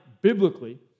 biblically